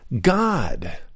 God